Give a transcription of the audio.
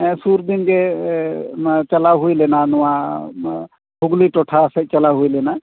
ᱥᱩᱨ ᱫᱤᱱᱜᱮ ᱪᱟᱞᱟᱣ ᱦᱩᱭ ᱞᱮᱱᱟ ᱱᱚᱣᱟ ᱦᱩᱜᱽᱞᱤ ᱴᱚᱴᱷᱟ ᱥᱮᱫ ᱪᱟᱞᱟᱣ ᱦᱩᱭ ᱞᱮᱱᱟ